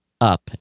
up